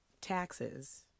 taxes